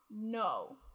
No